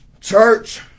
Church